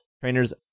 Trainers